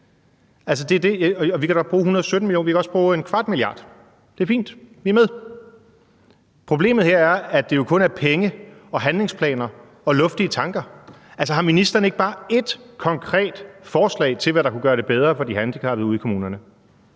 Vi kan godt bruge 117 mio. kr., og vi kan også bruge 0,25 mia. kr. Det er fint; vi er med. Problemet her er, at det jo kun er penge og handlingsplaner og luftige tanker. Altså har ministeren ikke bare ét konkret forslag til, hvad der kunne gøre det bedre for de handicappede ude i kommunerne?